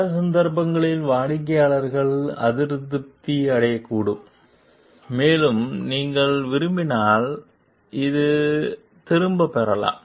பல சந்தர்ப்பங்களில் வாடிக்கையாளர்கள் அதிருப்தியடையக்கூடும் மேலும் நீங்கள் விரும்பினால் அது திரும்பப் பெறலாம்